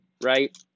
right